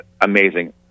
amazing